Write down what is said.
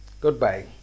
goodbye